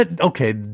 Okay